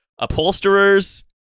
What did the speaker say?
Upholsterers